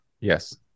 Yes